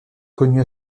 connue